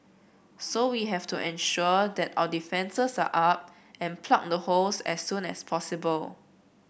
so we have to ensure that our defences are up and plug the holes as soon as possible